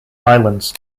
islands